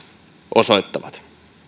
osoittavat